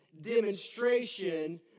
demonstration